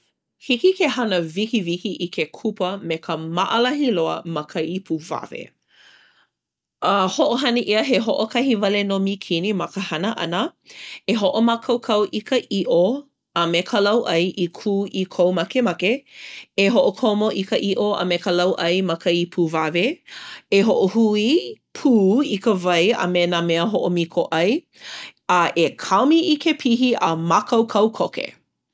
Hiki ke hana wikiwiki i ke kupa me ka maʻalahi loa ma ka ipu wawe. A hoʻohana ʻia he hoʻokahi wale nō mīkini ma ka hana ʻana. E hoʻomākaukau i ka ʻiʻo a me ka lauʻai i kū i kou makemake. E hoʻokomo i ia ʻiʻo me ka lauʻai ma ka ipu wawe. E hoʻohui pū i ka wai a me nā mea hoʻomiko ʻai. A e kāomi i ke pihi a mākaukau koke.